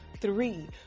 Three